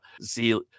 see